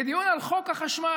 בדיון על חוק החשמל,